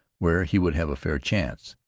where he would have a fair chance.